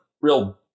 real